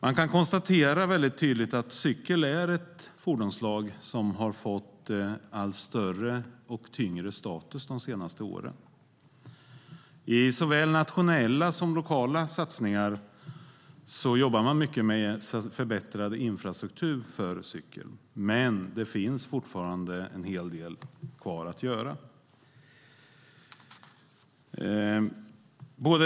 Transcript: Man kan tydligt konstatera att cykel är ett fordonsslag som har fått allt högre och tyngre status de senaste åren. I såväl nationella som lokala satsningar jobbar man mycket med en förbättrad infrastruktur för cykel, men det finns fortfarande en hel del kvar att göra.